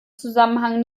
zusammenhang